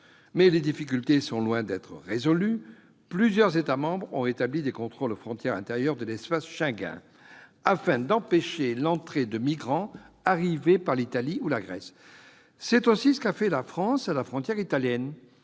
mais les difficultés sont loin d'être résolues. Plusieurs États membres ont rétabli des contrôles aux frontières intérieures de l'espace Schengen afin d'empêcher l'entrée de migrants arrivés par l'Italie ou la Grèce. C'est aussi ce qu'a fait la France, à la frontière italienne.